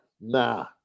nah